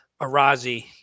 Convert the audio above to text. Arazi